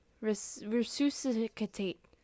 resuscitate